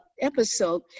episode